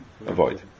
avoid